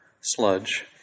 sludge